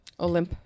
Olymp